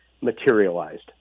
materialized